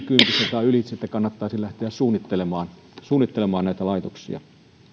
tai ylitse niin että kannattaisi lähteä suunnittelemaan suunnittelemaan näitä laitoksia